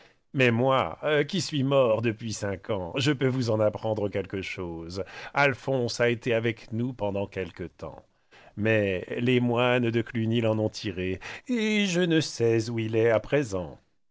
mais moi qui suis mort depuis cinq ans je peux vous en apprendre quelque chose alphonse a été avec nous pendant quelques tems mais les moines de cluni l'en ont tiré et je ne sais où il est à présent